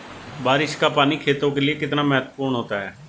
बारिश का पानी खेतों के लिये कितना महत्वपूर्ण होता है?